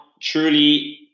Truly